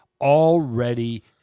already